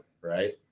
right